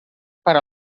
per